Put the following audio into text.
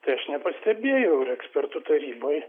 tai aš nepastebėjau ir ekspertų taryboj